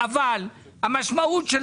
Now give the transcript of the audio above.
גם אחרים שנמצאים במוכר שאינו רשמי.